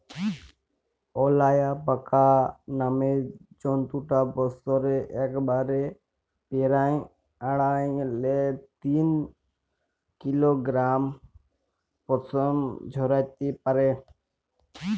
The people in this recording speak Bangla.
অয়ালাপাকা নামের জন্তুটা বসরে একবারে পেরায় আঢ়াই লে তিন কিলগরাম পসম ঝরাত্যে পারে